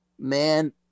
man